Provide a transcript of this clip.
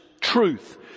truth